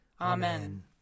Amen